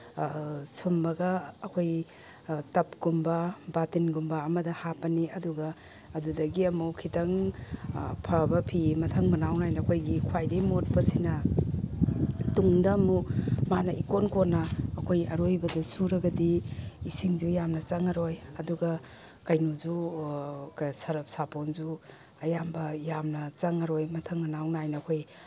ꯁꯨꯝꯃꯒ ꯑꯩꯈꯣꯏ ꯇꯞꯀꯨꯝꯕ ꯕꯥꯇꯤꯟꯒꯨꯝꯕ ꯑꯃꯗ ꯍꯥꯞꯄꯅꯤ ꯑꯗꯨꯒ ꯑꯗꯨꯗꯒꯤ ꯑꯃꯨꯛ ꯈꯤꯇꯪ ꯐꯕ ꯐꯤ ꯃꯊꯪ ꯃꯅꯥꯎ ꯅꯥꯏꯅ ꯑꯩꯈꯣꯏꯒꯤ ꯈ꯭ꯋꯥꯏꯗꯒꯤ ꯃꯣꯠꯄꯁꯤꯅ ꯇꯨꯡꯗ ꯑꯃꯨꯛ ꯃꯥꯅ ꯏꯀꯣꯟ ꯀꯣꯟꯅ ꯑꯩꯈꯣꯏ ꯑꯔꯣꯏꯕꯗ ꯁꯨꯔꯒꯗꯤ ꯏꯁꯤꯡꯁꯨ ꯌꯥꯝꯅ ꯆꯪꯉꯔꯣꯏ ꯑꯗꯨꯒ ꯀꯩꯅꯣꯁꯨ ꯁꯔꯞ ꯁꯥꯕꯣꯟꯁꯨ ꯑꯌꯥꯝꯕ ꯌꯥꯝꯅ ꯆꯪꯉꯔꯣꯏ ꯃꯊꯪ ꯃꯅꯥꯎ ꯅꯥꯏꯅ ꯑꯩꯈꯣꯏ